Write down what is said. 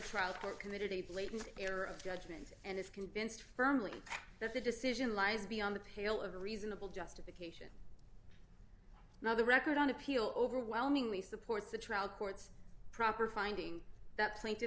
trial court committed a blatant error of judgment and is convinced firmly that the decision lies beyond the pale of reasonable justification now the record on appeal overwhelmingly supports the trial court's proper finding that play to